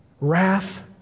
Wrath